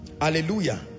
Hallelujah